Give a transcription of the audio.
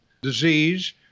disease